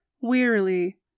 Wearily